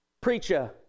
Preacher